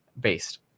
based